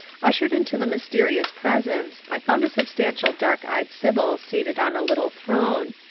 ushered into the mysterious presence, i found a substantial dark-eyed sibyl seated on a little throne.